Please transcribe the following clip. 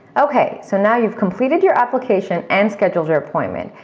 okay, so now you've completed your application and scheduled your appointment,